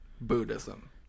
Buddhism